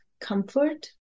comfort